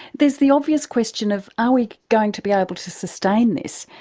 there's the obvious question of, are we going to be able to sustain this?